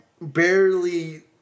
barely